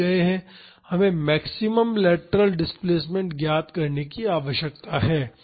हमें maximum lateral displacement ज्ञात करने की आवश्यकता है